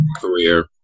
career